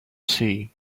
see